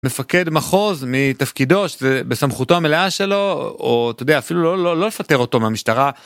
מפקד מחוז מתפקידו שזה בסמכותו המלאה שלו או אתה יודע אפילו לא לפטר אותו ממשטרה.